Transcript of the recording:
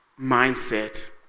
mindset